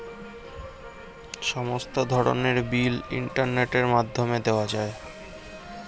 সমস্ত ধরনের বিল ইন্টারনেটের মাধ্যমে দেওয়া যায়